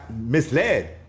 misled